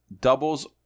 Doubles